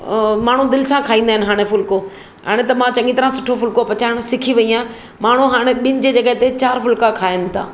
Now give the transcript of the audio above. अ माण्हू दिलि सां खाईंदा आहिनि हाणे फुलिको हाणे त मां चङी तरह सुठो फुलिको पचाइणु सिखी वई आहियां माण्हू हाणे ॿिनि जी जॻहि ते चार फुलिका खाइनि था